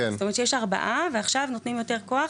זאת אומרת שיש ארבעה ועכשיו נותנים יותר כוח